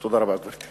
תודה רבה, גברתי.